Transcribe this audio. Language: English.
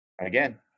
again